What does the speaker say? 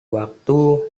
waktu